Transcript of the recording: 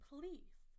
Please